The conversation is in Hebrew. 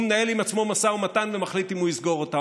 הוא מנהל עם עצמו משא ומתן ומחליט אם הוא יסגור אותה.